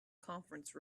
conference